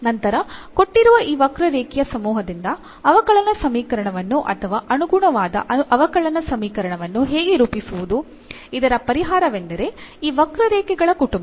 ನಂತರ ಕೊಟ್ಟಿರುವ ಈ ವಕ್ರರೇಖೆಯ ಸಮೂಹದಿಂದ ಅವಕಲನ ಸಮೀಕರಣವನ್ನು ಅಥವಾ ಅನುಗುಣವಾದ ಅವಕಲನ ಸಮೀಕರಣವನ್ನು ಹೇಗೆ ರೂಪಿಸುವುದು ಇದರ ಪರಿಹಾರವೆಂದರೆ ಈ ವಕ್ರರೇಖೆಗಳ ಕುಟುಂಬ